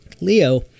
Leo